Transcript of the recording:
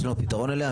שאין לנו פתרון אליה.